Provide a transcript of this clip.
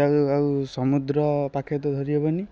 ଯାଉ ଆଉ ସମୁଦ୍ର ପାଖରେ ତ ଧରି ହେବନି